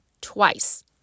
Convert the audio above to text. twice